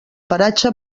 paratge